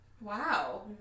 Wow